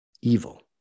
evil